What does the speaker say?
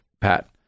Pat